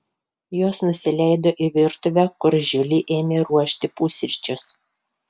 jos nusileido į virtuvę kur žiuli ėmė ruošti pusryčius